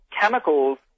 chemicals